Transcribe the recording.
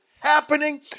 happening